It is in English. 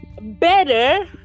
better